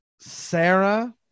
Sarah